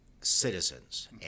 citizens